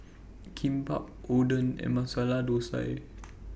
Kimbap Oden and Masala Dosa